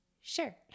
Sure